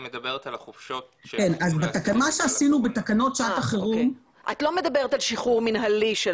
היא מדברת על החופשות --- את לא מדברת על שחרור מינהלי.